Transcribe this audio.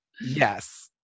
yes